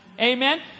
Amen